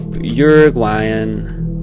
uruguayan